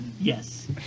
Yes